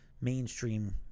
mainstream